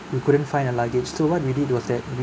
we couldn't find our luggage so what we did was that we